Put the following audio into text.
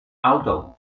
auto